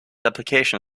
application